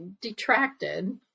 detracted